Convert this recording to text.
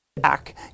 back